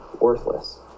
worthless